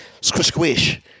squish-squish